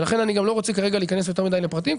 ולכן אני לא רוצה כרגע להיכנס יותר מידי לפרטים,